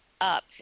up